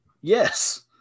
Yes